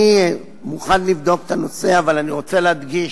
אני מוכן לבדוק את הנושא, אבל אני רוצה להדגיש: